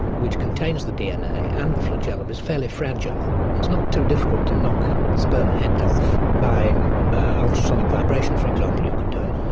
which contains the dna and the flagellum is fairly fragile. it is not too difficult to knock sperm heads off by ultrasonic vibration, for example you could do it.